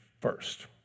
first